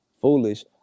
foolish